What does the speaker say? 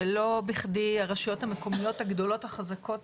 ולא בכדי הרשויות המקומיות הגדולות החזקות